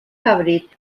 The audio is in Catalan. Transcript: cabrit